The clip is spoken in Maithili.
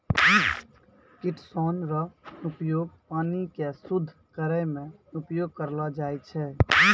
किटोसन रो उपयोग पानी के शुद्ध करै मे उपयोग करलो जाय छै